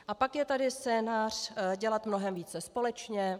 A pak je tady scénář dělat mnohem více společně.